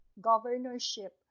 governorship